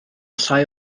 llai